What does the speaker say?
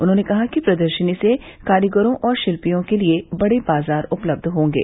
उन्होंने कहा कि प्रदर्शनी से कारीगरों और शिल्पियों के लिये बड़े बाजार उपलब्ध होंगे